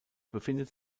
befindet